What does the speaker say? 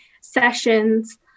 sessions